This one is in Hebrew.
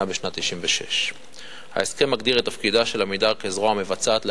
בשנת 1996. ההסכם מגדיר את תפקידה של "עמידר" כזרוע מבצעת של